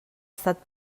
estat